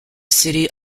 city